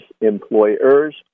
employers